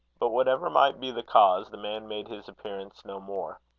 but, whatever might be the cause, the man made his appearance no more.